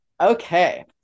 Okay